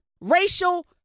racial